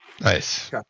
Nice